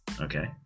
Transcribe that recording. Okay